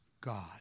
God